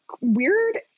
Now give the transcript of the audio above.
weird